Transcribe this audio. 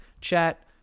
chat